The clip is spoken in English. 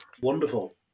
wonderful